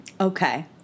Okay